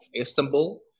Istanbul